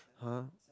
!huh!